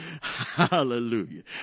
Hallelujah